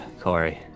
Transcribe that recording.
Corey